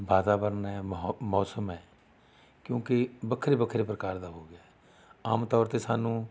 ਵਾਤਾਵਰਣ ਹੈ ਮਹੋ ਮੌਸਮ ਹੈ ਕਿਉਂਕਿ ਵੱਖਰੇ ਵੱਖਰੇ ਪ੍ਰਕਾਰ ਦਾ ਹੋ ਗਿਆ ਹੈ ਆਮ ਤੌਰ 'ਤੇ ਸਾਨੂੰ